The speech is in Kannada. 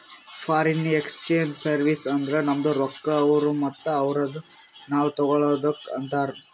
ಫಾರಿನ್ ಎಕ್ಸ್ಚೇಂಜ್ ಸರ್ವೀಸ್ ಅಂದುರ್ ನಮ್ದು ರೊಕ್ಕಾ ಅವ್ರು ಮತ್ತ ಅವ್ರದು ನಾವ್ ತಗೊಳದುಕ್ ಅಂತಾರ್